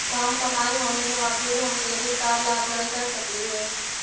कम कमाई होने के बाबजूद हम क्रेडिट कार्ड ला अप्लाई कर सकली हे?